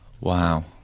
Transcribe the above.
Wow